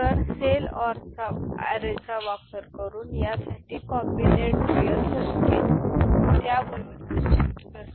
तर सेल अॅरेचा वापर करून त्यासाठी कॉम्बिनेटरियल सर्किट त्या व्यवस्थेत शिफ्ट करते